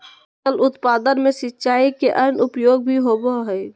फसल उत्पादन में सिंचाई के अन्य उपयोग भी होबय हइ